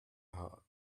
her